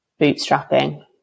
bootstrapping